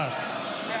בבקשה.